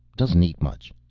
doesn't eat much.